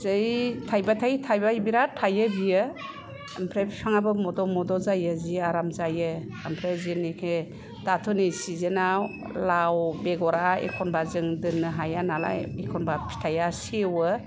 जै थाइबाथाय थाइबाय बिराथ थाइयो बियो ओमफ्राय फिफाङाबो मद' मद' जायो जि आराम जायो ओमफ्राय जिनिखे दाथ' नै सिजेनआव लाव बेगरा एखनबा जों दोननो हाया नालाय एखनबा फिथाइआ सेवो